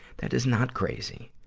that is not crazy.